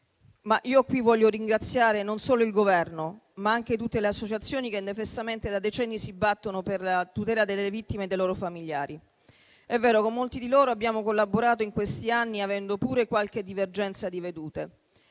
desidero ringraziare non solo il Governo, ma anche tutte le associazioni che, indefessamente, da decenni si battono per la tutela delle vittime e dei loro familiari. È vero che con molti di loro abbiamo collaborato in questi anni, avendo pure qualche divergenza di vedute,